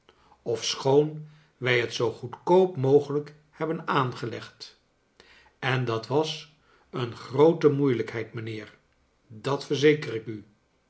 ofschoon wij het zoo goedkoop mogelrjk hebben aangelegd en dat was een groote moeilijkheid mijnheer dat verzeker ik u